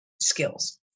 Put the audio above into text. skills